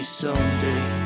someday